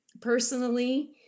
personally